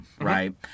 right